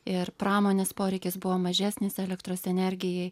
ir pramonės poreikis buvo mažesnis elektros energijai